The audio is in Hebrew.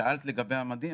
שאלת לגבי המדים,